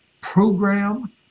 program